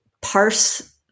parse